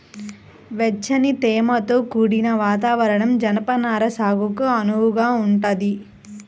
వెచ్చని, తేమతో కూడిన వాతావరణం జనపనార సాగుకు అనువుగా ఉంటదంట